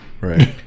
Right